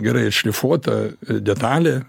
gerai šlifuota detalė